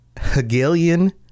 Hegelian